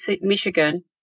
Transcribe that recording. Michigan